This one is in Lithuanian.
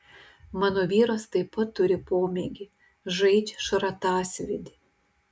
mano vyras taip pat turi pomėgį žaidžia šratasvydį